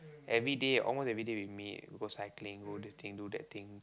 everyday almost everyday we meet go cycling go this thing do that thing